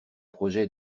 projets